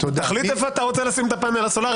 ברישא הסעיף יבוא "רק אם הותקן פאנל סולארי